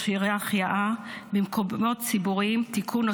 מכשירי החייאה במקומות ציבוריים (תיקון,